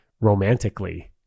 romantically